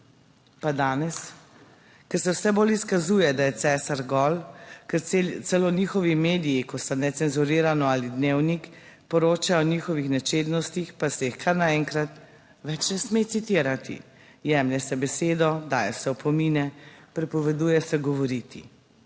Pa danes? Ker se vse bolj izkazuje, da je cesar gol, ker celo njihovi mediji, ko so necenzurirano ali dnevnik, poročajo o njihovih nečednostih, pa se jih kar naenkrat več ne sme citirati. Jemlje se besedo, daje se opomine, prepoveduje se govoriti.